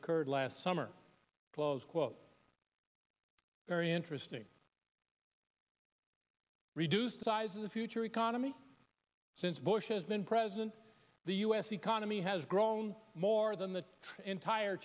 occurred last summer close quote very interesting reduce the size of the future economy since bush has been president the us economy has grown more than the entire